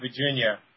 Virginia